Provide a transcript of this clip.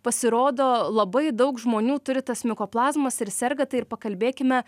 pasirodo labai daug žmonių turi tas mikoplazmas ir serga tai ir pakalbėkime